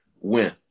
win